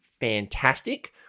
fantastic